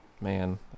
Man